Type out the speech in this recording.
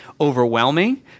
overwhelming